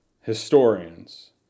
historians